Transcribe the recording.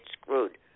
screwed